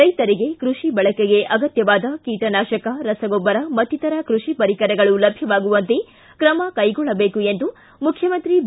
ರೈತರಿಗೆ ಕೃಷಿ ಬಳಕೆಗೆ ಅಗತ್ಯವಾದ ಕೀಟನಾಶಕ ರಸಗೊಬ್ಬರ ಮತ್ತಿತರ ಕೃಷಿ ಪರಿಕರಗಳು ಲಭ್ಯವಾಗುವಂತೆ ಕ್ರಮ ಕೈಗೊಳ್ಳದೇಕು ಎಂದು ಮುಖ್ಯಮಂತ್ರಿ ಬಿ